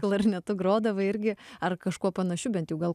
klarnetu grodavai irgi ar kažkuo panašiu bent jau gal